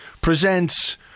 presents